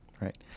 Right